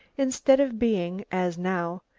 instead of being, as now,